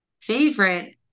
favorite